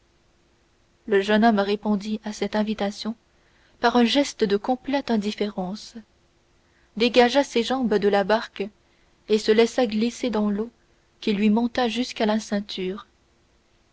le jeune homme répondit à cette invitation par un geste de complète indifférence dégagea ses jambes de la barque et se laissa glisser dans l'eau qui lui monta jusqu'à la ceinture